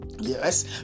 Yes